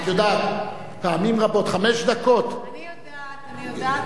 את יודעת, פעמים רבות, אני יודעת, אני יודעת.